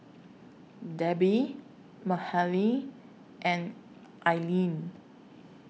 Debby Mahalie and Ailene